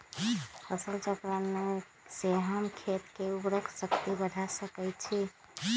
फसल चक्रण से हम खेत के उर्वरक शक्ति बढ़ा सकैछि?